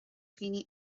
dhaoine